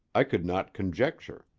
i could not conjecture.